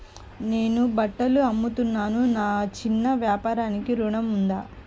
నేను బట్టలు అమ్ముతున్నాను, నా చిన్న వ్యాపారానికి ఋణం ఉందా?